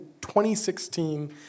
2016